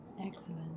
Excellent